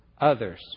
others